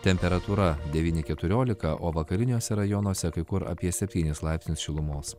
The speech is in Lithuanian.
temperatūra devyni keturiolika o vakariniuose rajonuose kai kur apie septynis laipsnius šilumos